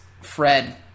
Fred